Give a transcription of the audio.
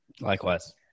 Likewise